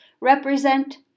represent